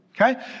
okay